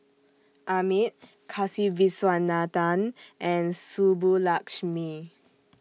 Amit Kasiviswanathan and Subbulakshmi